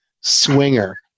swinger